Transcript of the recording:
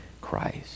Christ